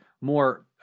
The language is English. more